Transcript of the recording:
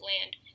land